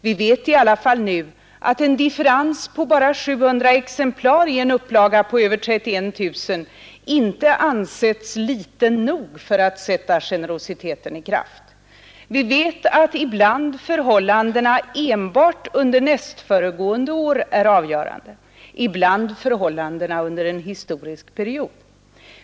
Vi vet i alla fall nu att en differens på bara 700 exemplar i en upplaga på över 31 000 inte ansetts liten nog för att sätta generositeten i kraft. Vi vet att ibland förhållandena enbart under nästföregående år är avgörande, ibland förhållandena under en historisk period.